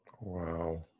Wow